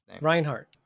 Reinhardt